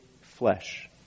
flesh